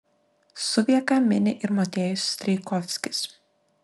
suvieką mini ir motiejus strijkovskis